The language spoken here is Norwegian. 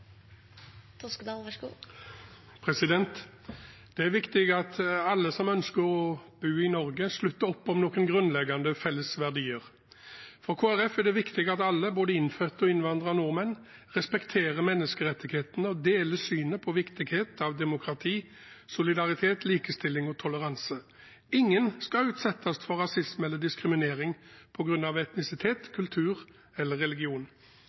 viktig at alle som ønsker å bo i Norge, slutter opp om noen grunnleggende felles verdier. For Kristelig Folkeparti er det viktig at alle, både innfødte og innvandrede nordmenn, respekterer menneskerettighetene og deler synet på viktigheten av demokrati, solidaritet, likestilling og toleranse. Ingen skal utsettes for rasisme eller diskriminering på grunn av etnisitet, kultur eller religion.